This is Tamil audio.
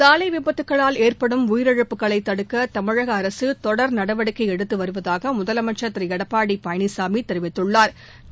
சாலை விபத்துகளால் ஏற்படும் உயிரிழப்புகளை தடுக்க தமிழக அரசு தொடர் நடவடிக்கை எடுத்து வருவதாக முதலமைச்சா் திரு எடப்பாடி பழனிசாமி தெரிவித்துள்ளாா்